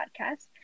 podcast